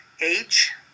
age